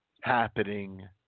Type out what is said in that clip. happening